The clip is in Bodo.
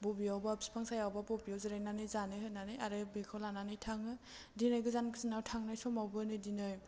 बबेयावबा बिफां साया बा बबेयाव जिरायनानै जानो होन्नानै आरो बेखौ लानानै थाङो दिनै गोजानसिनाव थांनाय समावबो नै दिनै